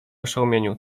oszołomieniu